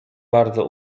bardzo